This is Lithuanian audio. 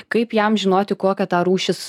kaip jam žinoti kokia ta rūšis